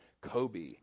Kobe